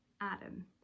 Adam